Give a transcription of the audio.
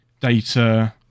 Data